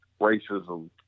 racism